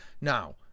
Now